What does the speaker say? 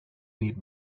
need